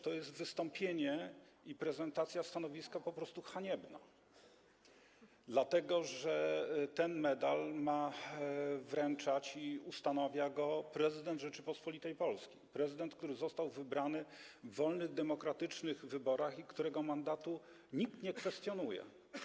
To jest wystąpienie, prezentacja stanowiska, po prostu haniebne, dlatego że ten medal ma wręczać i ustanawia go prezydent Rzeczypospolitej Polskiej, który został wybrany w wolnych, demokratycznych wyborach i którego mandatu nikt nie kwestionuje.